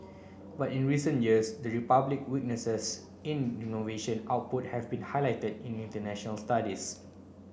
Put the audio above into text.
but in recent years the Republic weaknesses in innovation output have been highlighted in international studies